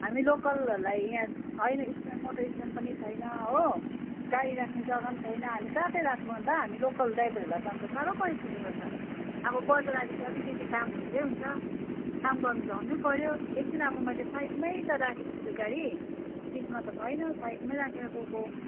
हामी लोकलहरूलाई यहाँ छैन स्ट्यान्ड मोटर स्ट्यान्ड पनि छैन हो गाडी राख्ने जग्गा पनि छैन हामी कहाँ चाहिँ राख्नु अन्त हामी लोकल ड्राइभरहरूलाई त अन्त साह्रो परिसक्यो त अन्त अब बजार आएपछि अलिकति काम हुन्छै हुन्छ काम गर्नु झर्नै पर्यो एकछिन अब मैले साइडमै त राखेको छु त्यो गाडी बिचमा त छैन साइडमै राखेर गएको